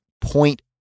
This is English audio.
point